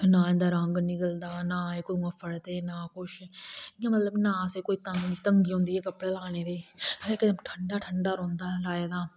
नां इंदा रंग निकलदा नां एह् कुतुआं फटदे इयां मतलब ना असेंगी कोई तंगी होंदी कपडे़ लाने दी आसें कदें ठंडा ठंडा रौंहदा लाए दा